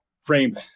frame